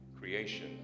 Creation